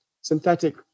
synthetic